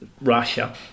Russia